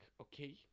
okay